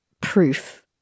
proof